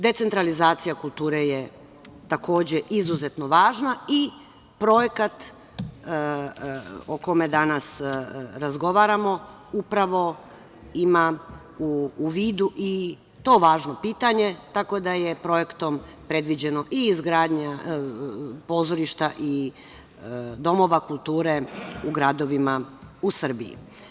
Decentralizacija kulture je, takođe, izuzetno važna i projekat o kome danas razgovaramo upravo ima u vidu i to važno pitanje, tako da je projektom predviđena izgradnja pozorišta, domova kulture u gradovima u Srbiji.